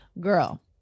girl